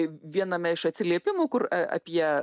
viename iš atsiliepimų kur apie